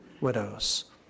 widows